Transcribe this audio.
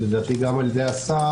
ולדעתי גם על ידי השר,